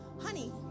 honey